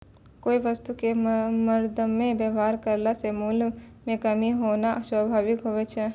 कोय वस्तु क मरदमे वेवहार करला से मूल्य म कमी होना स्वाभाविक हुवै छै